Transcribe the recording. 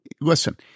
listen